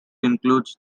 includes